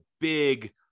big